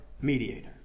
mediator